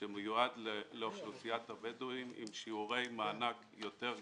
שמיועד לאוכלוסיית הבדואים עם שיעורי מענק יותר גבוהים.